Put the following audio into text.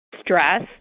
Stress